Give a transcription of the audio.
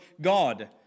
God